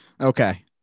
Okay